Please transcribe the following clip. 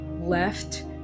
left